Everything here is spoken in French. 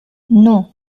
non